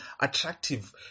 attractive